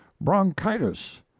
bronchitis